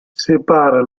separa